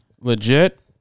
Legit